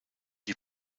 die